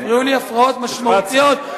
הפריעו לי הפרעות משמעותיות.